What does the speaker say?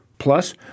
Plus